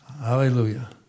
Hallelujah